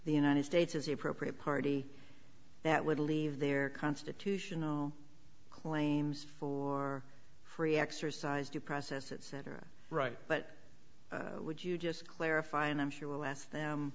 the united states as the appropriate party that would leave their constitutional claims for free exercise due process etc right but would you just clarify and i'm sure we'll ask them